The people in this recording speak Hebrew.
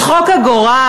צחוק הגורל,